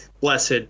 blessed